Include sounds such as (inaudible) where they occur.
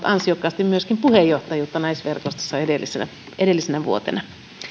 (unintelligible) ansiokkaasti myöskin puheenjohtajuutta naisverkostossa edellisenä edellisenä vuotena